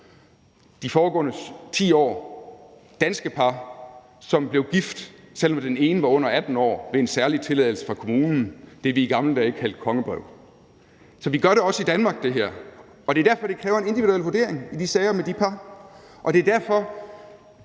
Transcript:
de foregående 10 år – danske par – som blev gift, selv om den ene var under 18 år, ved en særlig tilladelse fra kommunen, nemlig det, vi i gamle dage kaldte et kongebrev. Så vi gør også det her i Danmark, og det er derfor, det kræver en individuel vurdering i de sager med de par, og det er derfor,